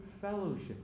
fellowship